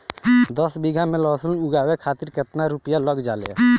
दस बीघा में लहसुन उगावे खातिर केतना रुपया लग जाले?